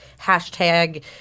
hashtag